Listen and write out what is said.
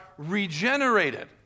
regenerated